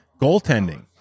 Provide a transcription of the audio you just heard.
goaltending